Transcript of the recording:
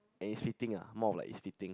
and it's fitting ah more of like it's fitting